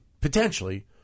potentially